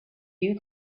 you